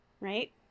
Right